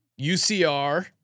UCR